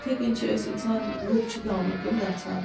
اِتھَے کٔنۍ چھِ أسۍ اِنسان لُکھ چھِ گامَن کُن گَژھان